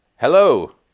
hello